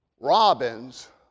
Robins